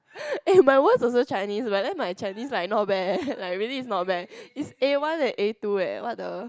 eh my worst also Chinese but then my Chinese like not bad eh like really it's not bad it's A one and A two eh what the